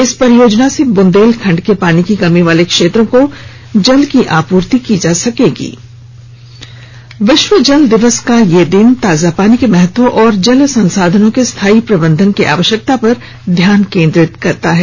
इस परियोजना से बुंदेलखंड के पानी की कमी वाले क्षेत्रों को जल आपूर्ति की जा सकेगी विश्व जल दिवस का यह दिन ताजा पानी के महत्व और जल संसाधनों के स्थायी प्रबंधन की आवश्यकता पर ध्यान केंद्रित करता है